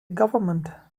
government